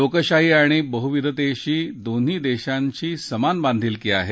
लोकशाही आणि बहुविविधतेशी दोन्ही देशांची समान बांधिलकी आहे